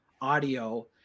audio